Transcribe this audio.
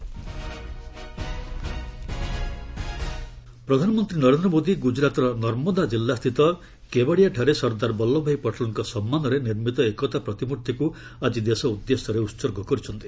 PM statue of unity ପ୍ରଧାନମନ୍ତ୍ରୀ ନରେନ୍ଦ୍ର ମୋଦି ଗୁଜରାତର ନର୍ମଦା ଜିଲ୍ଲାସ୍ଥିତ କେବାଡିଆଠାରେ ସର୍ଦ୍ଦାର ବଲ୍ଲଭଭାଇ ପଟେଲ୍ଙ୍କ ସମ୍ମାନରେ ନିର୍ମିତ ଏକତା ପ୍ରତିମୂର୍ଭିକୁ ଆଜି ଦେଶ ଉଦ୍ଦେଶ୍ୟରେ ଉତ୍ସର୍ଗ କରିଛନ୍ତି